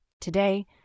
Today